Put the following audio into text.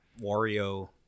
Wario